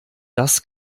das